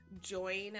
join